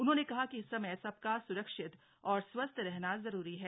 उन्होंने कहा कि इस समय सबका स्रक्षित और स्वस्थ रहना जरूरी है